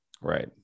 right